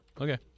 Okay